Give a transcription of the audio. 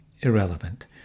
irrelevant